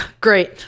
Great